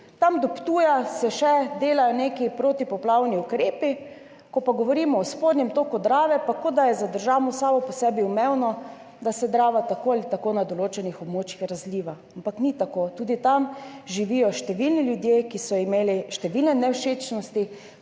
Do Ptuja se še delajo neki protipoplavni ukrepi, ko pa govorimo o spodnjem toku Drave, pa se zdi, kot da je za državo samo po sebi umevno, da se Drava tako ali tako na določenih območjih razliva, ampak ni tako. Tudi tam živijo številni ljudje, ki so imeli številne nevšečnosti